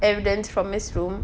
evidence from his room